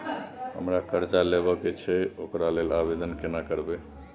हमरा कर्जा लेबा के छै ओकरा लेल आवेदन केना करबै?